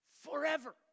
Forever